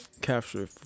capture